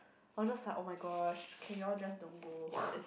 I was just like oh-my-gosh can you all just don't go